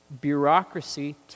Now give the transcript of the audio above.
bureaucracy